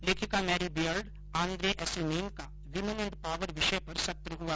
लेखिका Mary Beard Andre Aciman का women and power विषय पर सत्र हआ